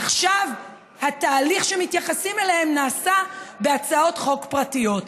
עכשיו התהליך שמתייחסים אליו נעשה בהצעות חוק פרטיות.